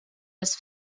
das